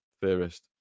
theorist